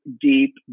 deep